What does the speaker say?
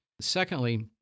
Secondly